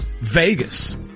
Vegas